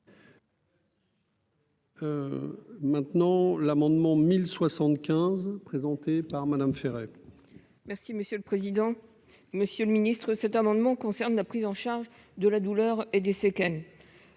Maintenant, l'amendement 1075 présenté par Madame Ferret. Objectif. Merci monsieur le président, Monsieur le Ministre, cet amendement concerne la prise en charge de la douleur et des séquelles,